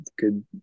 good